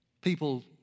people